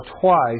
twice